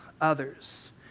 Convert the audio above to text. others